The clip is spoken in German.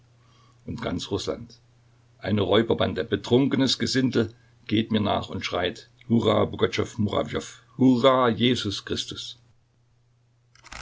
und ganz rußland eine räuberbande betrunkenes gesindel geht mir nach und schreit hurra pugatschow murawjow hurra jesus christus